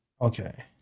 Okay